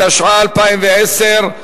התשע"א 2010,